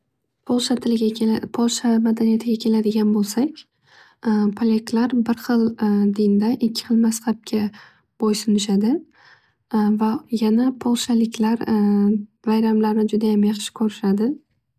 Polsha tiliga kela- Polsha madaniyatiga keladigan bo'lsak, polyaklar bir xil dinda ikki xil mazhabga bo'y sunishadi. Va yana polshaliklar bayramlarni judayam yaxshi ko'rishadi.